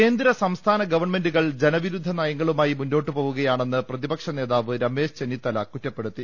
കേന്ദ്ര സംസ്ഥാന ഗവൺമെൻ്റുകൾ ജനവിരുദ്ധ നയങ്ങളുമാ യി മുന്നോട്ടുപോകുകയാണെന്ന് പ്രതിപക്ഷ നേതാവ് രമേശ് ചെ ന്നിത്തല കുറ്റപ്പെടുത്തി